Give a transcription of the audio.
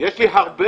יש לי הרבה.